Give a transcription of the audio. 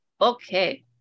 Okay